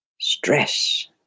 stress